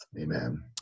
Amen